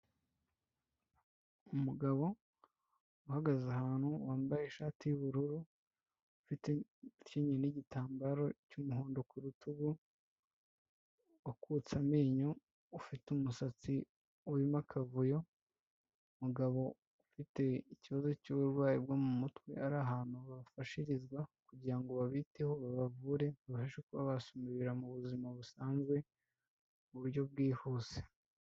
Umugabo uhagaze ahantu wambaye ishati y'ubururu, ufite ukenyeye n'igitambaro cy'umuhondo ku rutugu, wakutse amenyo, ufite umusatsi urimo akavuyo, umugabo ufite ikibazo cy'uburwayi bwo mu mutwe, ari ahantu bafashirizwa kugira ngo babiteho babavure babashe kuba basubira mu buzima busanzwe mu buryo bwihuse.